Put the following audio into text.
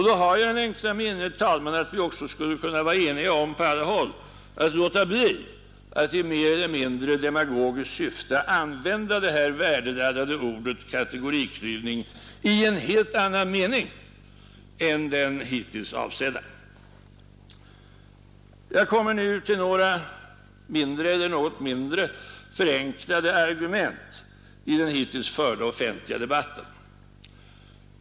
Då har jag den enkla meningen, herr talman, att vi på alla håll skulle kunna vara eniga om att låta bli att i mer eller mindre demagogiskt syfte använda det värdeladdade ordet kategoriklyvning i en helt annan mening än den hittills avsedda. Jag kommer nu till några något mindre förenklade argument i den hittills förda offentliga debatten.